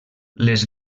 les